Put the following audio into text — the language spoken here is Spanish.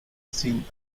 sin